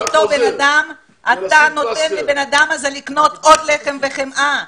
לאדם הזה אתה נותן לקנות עוד לחם וחמאה.